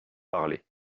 parlé